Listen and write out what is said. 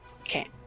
okay